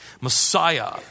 Messiah